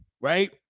right